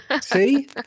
see